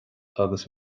agus